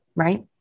Right